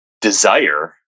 desire